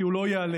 כי הוא לא ייעלם.